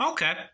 Okay